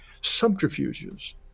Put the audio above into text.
subterfuges